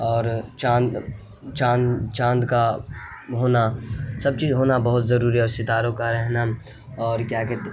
اور چاند چاند چاند کا ہونا سب چیز ہونا بہت ضروری ہے اور ستاروں کا رہنا اور کیا کہتے